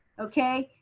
okay?